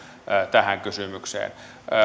tähän kysymykseen